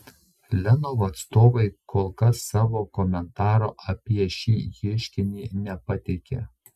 lenovo atstovai kol kas savo komentaro apie šį ieškinį nepateikė